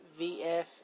VF